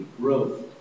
growth